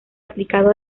aplicado